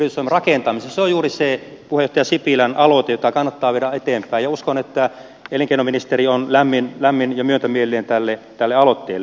se on juuri se puheenjohtaja sipilän aloite jota kannattaa viedä eteenpäin ja uskon että elinkeinoministeri on lämmin ja myötämielinen tälle aloitteelle